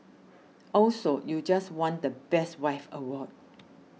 also you just won the best wife award